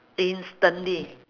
instantly